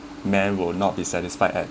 men will not be satisfied at